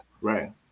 right